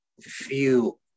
feel